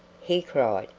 he cried,